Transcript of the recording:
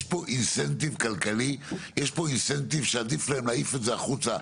יש פה אינסנטיב כלכלי שעדיף להם להעיף את זה החוצה,